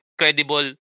credible